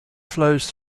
flows